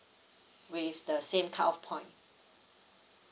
with the same cut off point